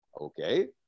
Okay